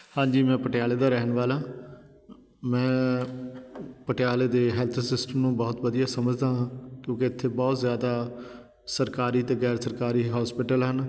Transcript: ਹਾਂਜੀ ਮੈਂ ਪਟਿਆਲੇ ਦਾ ਰਹਿਣ ਵਾਲਾ ਮੈਂ ਪਟਿਆਲੇ ਦੇ ਹੈਲਥ ਸਿਸਟਮ ਨੂੰ ਬਹੁਤ ਵਧੀਆ ਸਮਝਦਾ ਹਾਂ ਕਿਉਂਕਿ ਇੱਥੇ ਬਹੁਤ ਜ਼ਿਆਦਾ ਸਰਕਾਰੀ ਅਤੇ ਗੈਰ ਸਰਕਾਰੀ ਹੋਸਪਿਟਲ ਹਨ